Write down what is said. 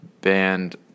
band